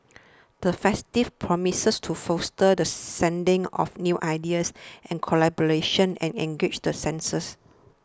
the festival promises to foster the seeding of new ideas and collaborations and engage the senses